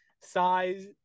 size